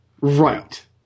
right